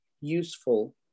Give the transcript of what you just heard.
useful